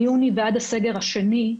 מיוני ועד הסגר השני,